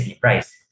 price